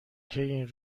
تموم